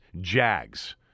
Jags